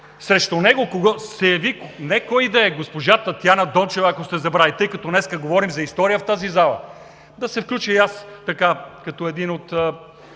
срещу него се яви не кой да е, а госпожа Татяна Дончева, ако сте забравили, тъй като днес говорим за история в тази зала. Нека да се включа и аз като един от